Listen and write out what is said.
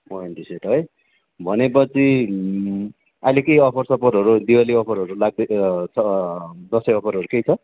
warranty set है भनेपछि अहिले केही अफरसफरहरू दिवाली अफरहरू दसैँ अफर केही छ